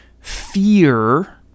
fear